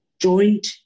Joint